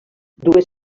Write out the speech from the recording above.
dues